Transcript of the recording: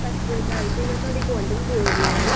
ਸਤਿ ਸ਼੍ਰੀ ਅਕਾਲ ਜੀ ਮੈਂ ਤੁਹਾਡੀ ਗੁਆਂਢਣ ਬੋਲ ਰਹੀ ਹਾਂ